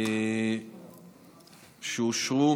שאושרו